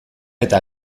eta